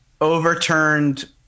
Overturned